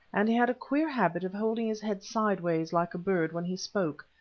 and he had a queer habit of holding his head sideways like a bird when he spoke,